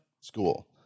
school